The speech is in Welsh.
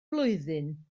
flwyddyn